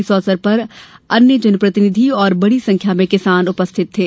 इस अवसर पर अन्य जन प्रतिनिधि और बड़ी संख्या में किसान उपस्थित थे